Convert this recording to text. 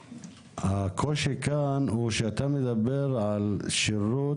הקושי כאן הוא שאתה מדבר על שירות